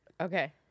Okay